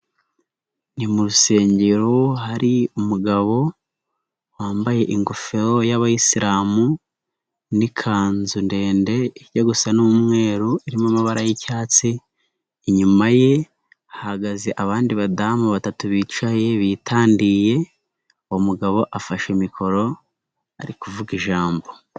Ni mu rusengero hari umugabo wambaye ingofero y'Abayisiramu n'ikanzu ndende ijya gusa n'umweru irimo amabara y'icyatsi, inyuma ye hahagaze abandi badamu batatu bicaye bitandiye, uwo mugabo afashe mikoro ari kuvuga ijambo.